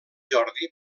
jordi